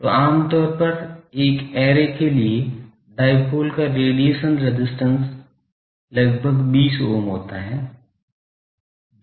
तो आम तौर पर एक ऐरे के लिए डाईपोल का रेडिएशन रेजिस्टेंस लगभग 20 ओम होता है तो काफी छोटा है